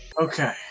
okay